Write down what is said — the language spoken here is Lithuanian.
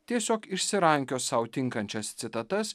tiesiog išsirankios sau tinkančias citatas